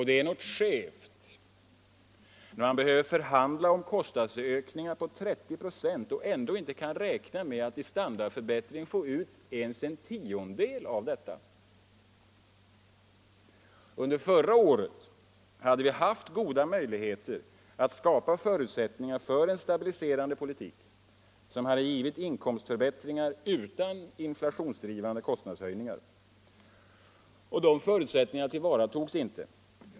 Det är något skevt när man behöver förhandla om kostnadsökningar på 30 96 och ändå inte kan räkna med att i standardförbättring få ens en tiondel av detta. Under förra året hade vi haft goda möjligheter att skapa förutsättningar för en stabiliserande politik som hade givit inkomstförbättringar utan inflationsdrivande kostnadshöjningar. De förutsättningarna tillvaratogs inte.